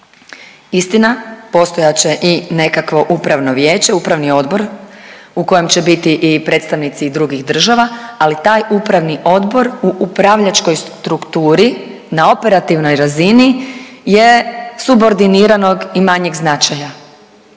Istina, postojat će i nekakvo Upravno vijeće, upravni odbor u kojem će biti i predstavnici i drugih država, ali taj upravni odbor u upravljačkoj strukturi na operativnoj razini je subordiniranog i manjeg značaja.